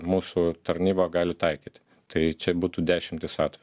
mūsų tarnyba gali taikyti tai čia būtų dešimtys atve